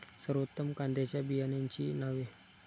सर्वोत्तम कांद्यांच्या बियाण्यांची नावे?